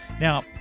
Now